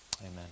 Amen